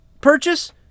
purchase